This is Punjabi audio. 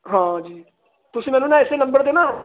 ਹਾਂ ਜੀ ਤੁਸੀਂ ਮੈਨੂੰ ਨਾ ਇਸ ਨੰਬਰ 'ਤੇ ਨਾ